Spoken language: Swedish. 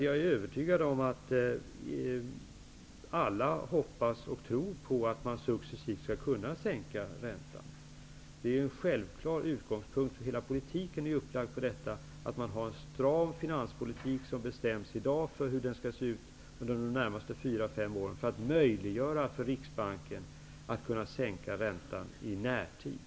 Jag är övertygad om att alla hoppas och tror att räntan successivt skall kunna sänkas. Det är ju en självklar utgångspunkt. Hela uppläggningen är ju den att man för en stram finanspolitik och i dag bestämmer hur den skall se ut under de närmaste fyra fem åren för att möjliggöra för Riksbanken att sänka räntan i närtid.